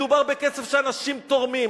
מדובר בכסף שאנשים תורמים,